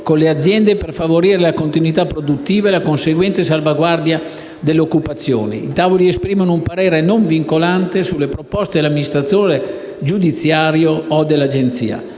con le aziende, per favorire la continuità produttiva e la conseguente salvaguardia dell'occupazione. I tavoli esprimono un parere non vincolante sulle proposte dell'amministratore giudiziario o dell'Agenzia.